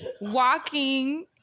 Walking